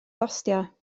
gostio